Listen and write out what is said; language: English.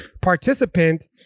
participant